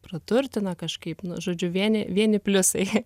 praturtina kažkaip nu žodžiu vieni vieni pliusai